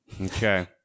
Okay